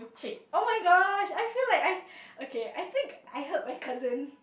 oh my gosh I feel like I okay I think I hurt my cousin